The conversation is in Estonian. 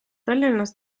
tallinnas